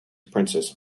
princess